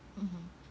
mmhmm